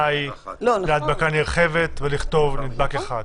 הכוונה היא להדבקה נרחבת ולכתוב נדבק אחד.